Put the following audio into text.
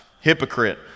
Hypocrite